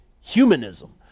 humanism